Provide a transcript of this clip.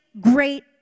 great